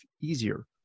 easier